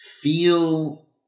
Feel